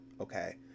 okay